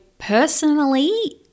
personally